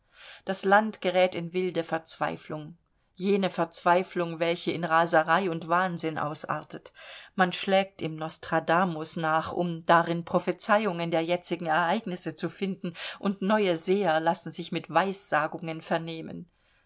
das land gerät in wilde verzweiflung jene verzweiflung welche in raserei und wahnsinn ausartet man schlägt im nostradamus nach um darin prophezeiungen der jetzigen ereignisse zu finden und neue seher lassen sich mit weissagungen vernehmen